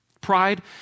Pride